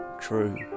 true